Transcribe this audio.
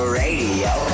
radio